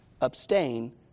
Abstain